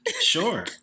sure